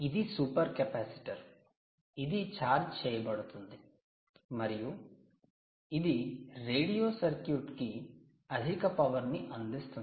ఇది super capacitor ఇది charge చేయబడుతుంది మరియు ఇది రేడియో సర్క్యూట్ కు అధిక పవర్ ని అందిస్తుంది